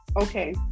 okay